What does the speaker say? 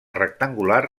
rectangular